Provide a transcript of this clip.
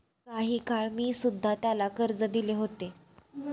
काही काळ मी सुध्धा त्याला कर्ज दिले होते